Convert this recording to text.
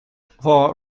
for